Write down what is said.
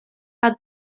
had